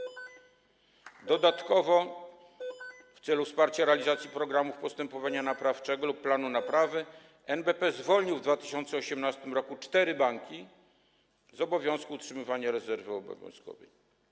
Dodatkowo w celu wsparcia realizacji programów postępowania naprawczego lub planu naprawy NBP zwolnił w 2018 r. cztery banki z obowiązku utrzymywania rezerwy obowiązkowej.